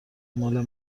مال